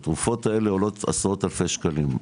התרופות האלה עולות עשרות אלפי שקלים.